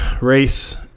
race